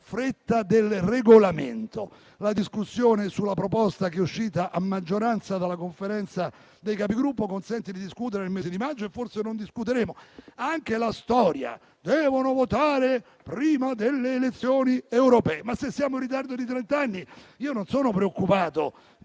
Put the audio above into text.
fretta del Regolamento. La proposta che è uscita a maggioranza dalla Conferenza dei Capigruppo consente di discutere nel mese di maggio, e forse non discuteremo. C'è poi la storia secondo cui "devono votare prima delle elezioni europee". Ma, se siamo in ritardo di trent'anni, io non sono preoccupato,